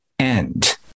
end